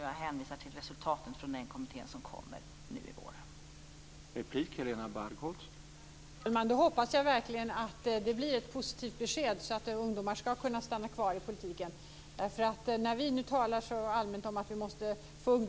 Jag hänvisar till resultatet från den kommittén som kommer nu i vår.